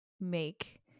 make